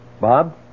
Bob